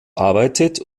arbeitet